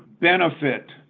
benefit